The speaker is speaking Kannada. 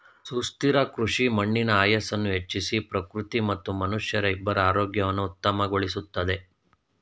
ಸುಸ್ಥಿರ ಕೃಷಿ ಮಣ್ಣಿನ ಆಯಸ್ಸನ್ನು ಹೆಚ್ಚಿಸಿ ಪ್ರಕೃತಿ ಮತ್ತು ಮನುಷ್ಯರ ಇಬ್ಬರ ಆರೋಗ್ಯವನ್ನು ಉತ್ತಮಗೊಳಿಸುತ್ತದೆ